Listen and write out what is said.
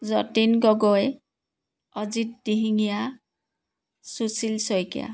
Jatin Gogoi Ajit Dihingia Sushil Saikia